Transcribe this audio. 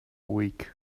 week